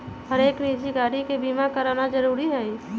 हरेक निजी गाड़ी के बीमा कराना जरूरी हई